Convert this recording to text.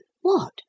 What